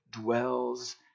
dwells